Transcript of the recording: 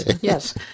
Yes